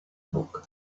book